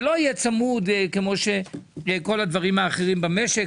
זה לא יהיה צמוד כמו כל הדברים האחרים במשק,